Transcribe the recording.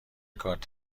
کارت